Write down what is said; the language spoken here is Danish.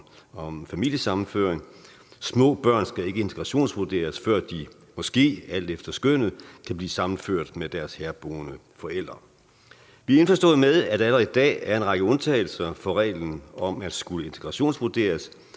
om familiesammenføring. Små børn skal ikke integrationsvurderes, før de måske, alt efter skønnet, kan blive sammenført med deres herboende forælder. Vi er indforstået med, at der allerede i dag er en række undtagelser fra reglen om at skulle integrationsvurderes,